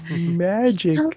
Magic